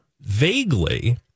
vaguely